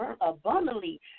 abundantly